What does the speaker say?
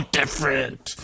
different